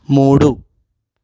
మూడు